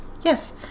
Yes